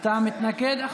אתה מתנגד?